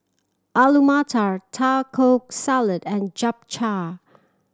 Alu Matar Taco Salad and Japchae